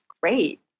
great